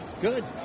Good